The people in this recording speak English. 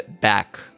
back